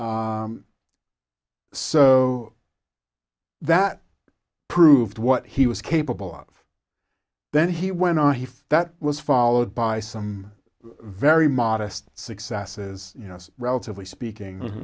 be so that proved what he was capable of then he went on he that was followed by some very modest successes you know relatively speaking